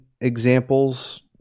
examples